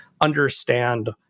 understand